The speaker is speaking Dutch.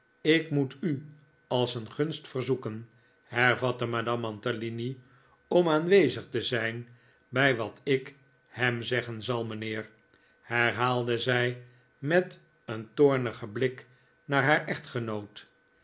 ik moet u als een gunst verzoeken hervatte madame mantalini om aanwezig te zijn bij wat ik hem zeggen zal mijnheer herhaalde zij met een toornigen blik naar haar echtgenoot